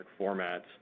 formats